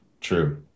True